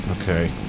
Okay